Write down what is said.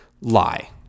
Lie